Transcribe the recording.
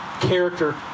character